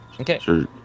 Okay